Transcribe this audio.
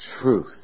truth